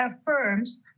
affirms